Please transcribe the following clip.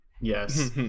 yes